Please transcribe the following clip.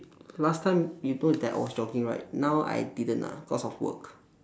last time remember that I was jogging right now I didn't lah cause of work